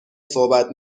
صحبت